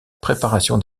préparation